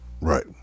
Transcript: Right